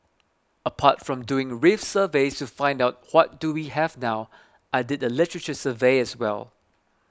apart from doing reef surveys to find out what do we have now I did a literature survey as well